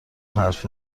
حرف